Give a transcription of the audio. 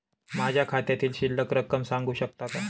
माझ्या खात्यातील शिल्लक रक्कम सांगू शकता का?